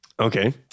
Okay